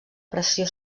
pressió